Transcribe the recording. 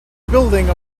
building